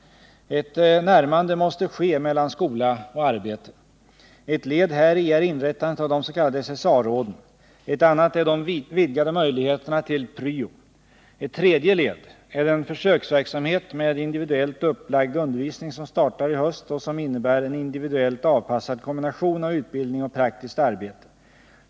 Ett närmande måste ske mellan skola och arbete. Ett led häri är inrättandet av de s.k. SSA-råden. Ett annat är de vidgade möjligheterna till pryo. Ett tredje led är den försöksverksamhet med individuellt upplagd undervisning som startar i höst och som innebär en individuellt avpassad kombination av utbildning och praktiskt arbete.